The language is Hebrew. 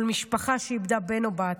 כל משפחה שאיבדה בן או בת,